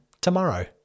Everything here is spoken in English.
tomorrow